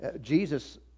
Jesus